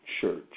church